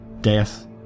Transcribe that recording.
death